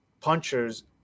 punchers